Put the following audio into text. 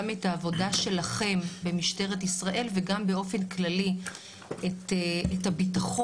גם את העבודה שלכם במשטרת ישראל וגם באופן כללי את הביטחון